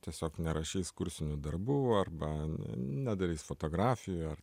tiesiog nerašys kursinių darbų arba nedarys fotografijų ar